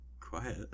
quiet